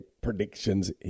predictions